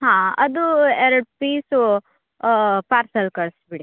ಹಾಂ ಅದು ಎರಡು ಪೀಸೂ ಪಾರ್ಸಲ್ ಕಳಿಸ್ಬಿಡಿ